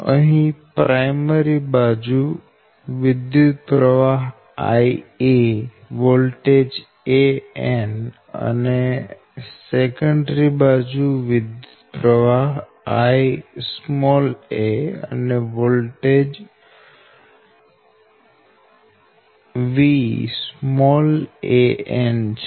અહી પ્રાયમરી બાજુ વિદ્યુતપ્રવાહ IA વોલ્ટેજ VAnઅને સેકન્ડરી બાજુ વિદ્યુતપ્રવાહ Ia અને વોલ્ટેજ Van છે